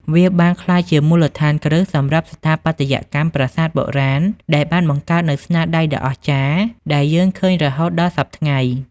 វាបានក្លាយជាមូលដ្ឋានគ្រឹះសម្រាប់ស្ថាបត្យកម្មប្រាសាទបុរាណដែលបានបង្កើតនូវស្នាដៃដ៏អស្ចារ្យដែលយើងឃើញរហូតដល់សព្វថ្ងៃ។